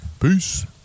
Peace